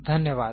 धन्यवाद